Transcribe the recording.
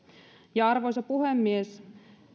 ja arvoisa puhemies